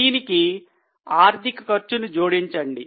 దీనికి ఆర్థిక ఖర్చును జోడించండి